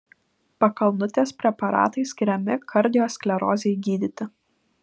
pakalnutės preparatai skiriami kardiosklerozei gydyti